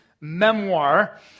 memoir